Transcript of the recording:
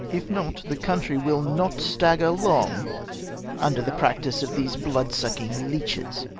if not the country will not stagger long under the practice of these blood-sucking leeches